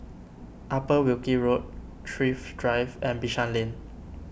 Upper Wilkie Road Thrift Drive and Bishan Lane